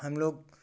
हम लोग